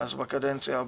אז גם בקדנציה הזאת,